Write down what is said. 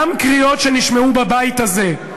גם קריאות שנשמעו בבית הזה,